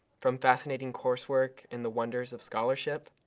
from fascinating coursework in the wonders of scholarship,